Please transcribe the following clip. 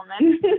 woman